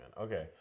okay